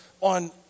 on